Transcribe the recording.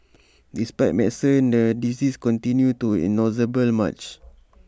despite medicines the disease continued to its inexorable March